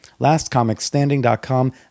Lastcomicstanding.com